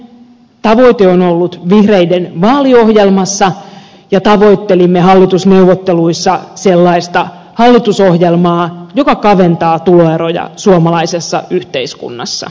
tavoite on ollut vihreiden vaaliohjelmassa ja tavoittelimme hallitusneuvotteluissa sellaista hallitusohjelmaa joka kaventaa tuloeroja suomalaisessa yhteiskunnassa